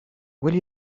will